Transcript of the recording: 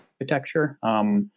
architecture